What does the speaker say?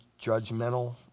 judgmental